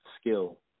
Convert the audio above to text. skill